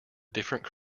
different